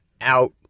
out